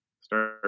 start